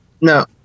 no